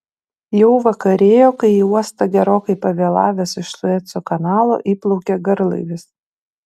jau vakarėjo kai į uostą gerokai pavėlavęs iš sueco kanalo įplaukė garlaivis